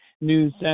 news